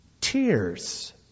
tears